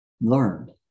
learned